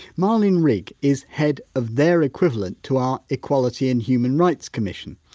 malin rygg is head of their equivalent to our equality and human rights commission.